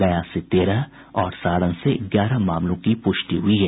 गया से तेरह और सारण से ग्यारह मामलों की पुष्टि हुई है